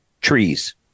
Trees